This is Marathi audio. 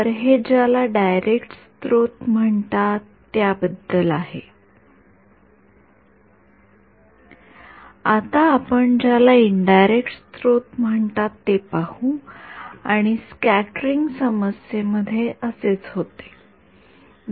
तर हे ज्याला डायरेक्ट स्त्रोत म्हणतात त्या बद्दल आहे आता आपण ज्याला इनडायरेक्ट स्त्रोत म्हणतात ते पाहू आणि स्क्याटेरिंग समस्ये मध्ये असेच होते